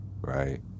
right